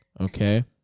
Okay